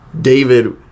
David